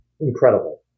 incredible